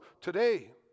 today